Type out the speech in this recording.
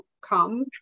come